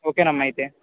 okay అమ్మా అయితే